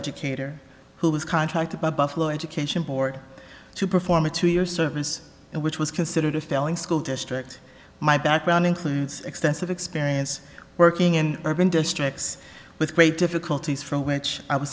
educator who was contracted by buffalo education board to perform a two year service which was considered a failing school district my background includes extensive experience working in urban districts with great difficulties from which i was